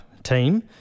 team